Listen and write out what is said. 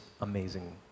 amazing